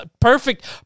perfect